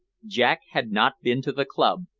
jack had not been to the club,